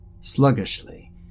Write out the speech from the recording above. sluggishly